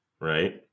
Right